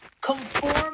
conform